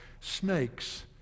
Snakes